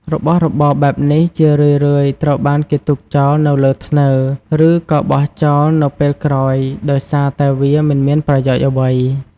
របស់របរបែបនេះ ជារឿយៗត្រូវបានគេទុកចោលនៅលើធ្នើ ឬក៏បោះចោលនៅពេលក្រោយដោយសារតែវាមិនមានប្រយោជន៍អ្វី។